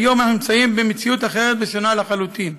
שהיום אנחנו נמצאים במציאות אחרת ושונה לחלוטין: